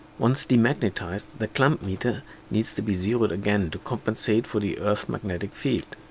once demagnetized, the clamp meter needs to be zeroed again to compensate for the earth magnetic field.